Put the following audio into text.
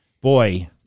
Boy